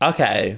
Okay